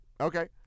Okay